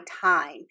time